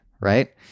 right